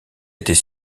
était